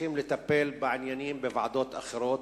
צריכים לטפל בעניינים בוועדות אחרות.